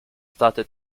state